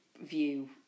view